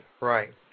right